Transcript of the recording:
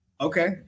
Okay